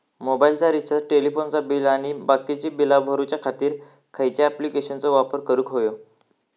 मोबाईलाचा रिचार्ज टेलिफोनाचा बिल आणि बाकीची बिला भरूच्या खातीर खयच्या ॲप्लिकेशनाचो वापर करूक होयो?